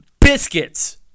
Biscuits